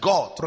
God